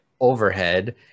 overhead